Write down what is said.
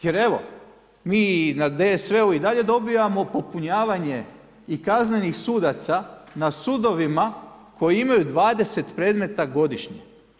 Jer, evo, mi na DSV-u i dalje dobivamo, popunjavanje i kaznenih sudaca na sudovima, koji imaju 20 predmeta godišnje.